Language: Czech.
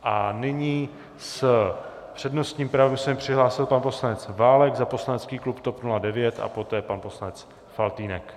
A nyní s přednostním právem se mi přihlásil pan poslanec Válek za poslanecký klub TOP 09 a poté pan poslanec Faltýnek.